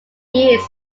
years